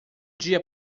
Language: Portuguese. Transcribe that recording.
dia